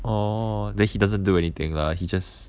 orh then he doesn't do anything lah he just